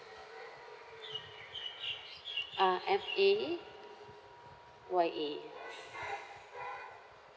uh M A Y A